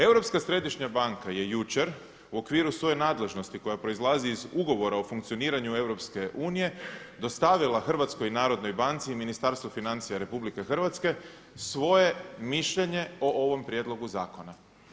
Europska središnja banka je jučer u okviru svoje nadležnosti koja proizlazi iz ugovora o funkcioniranju EU dostavila HNB-u i Ministarstvu financija Republike Hrvatske svoje mišljenje o ovom prijedlogu zakona.